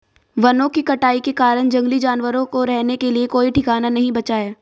वनों की कटाई के कारण जंगली जानवरों को रहने के लिए कोई ठिकाना नहीं बचा है